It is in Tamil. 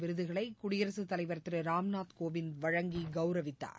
விருதுகளை குடியரசுத் தலைவர் திரு ராம்நாத் கோவிந்த் வழங்கி கௌரவித்தார்